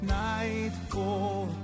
nightfall